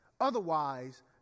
Otherwise